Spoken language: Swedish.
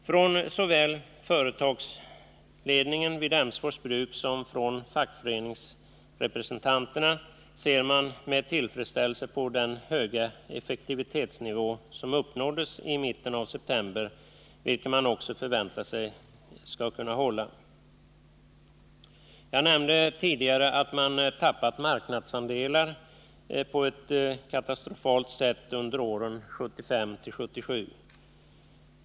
Från såväl företagsledningen vid Emsfors bruk som fackföreningsrepresentanterna ser man med tillfredsställelse på den höga effektivitetsnivå som uppnåddes i mitten av september, vilken man också förväntar sig kunna hålla. Jag nämnde tidigare att man tappat marknadsandelar på ett katastrofalt sätt under åren 1975-1977.